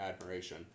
admiration